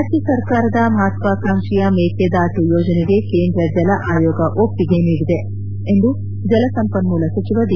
ರಾಜ್ಲ ಸರ್ಕಾರದ ಮಹತ್ವಾಕಾಂಕ್ಷಿಯ ಮೇಕೆದಾಟು ಯೋಜನೆಗೆ ಕೇಂದ್ರ ಜಲ ಆಯೋಗ ಒಪ್ಪಿಗೆ ನೀಡಿದೆ ಎಂದು ಜಲ ಸಂಪನ್ನೂಲ ಸಚಿವ ಡಿ